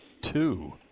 two